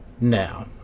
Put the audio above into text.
Now